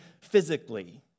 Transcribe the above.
physically